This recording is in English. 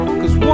cause